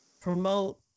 promote